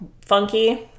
funky